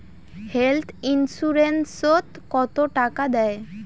Health insurance ওত কত টাকা দেয়?